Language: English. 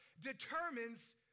determines